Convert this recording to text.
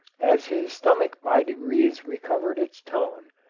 as his stomach by degrees recovered its tone,